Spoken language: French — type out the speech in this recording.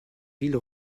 ville